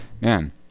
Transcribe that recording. Man